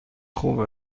خوب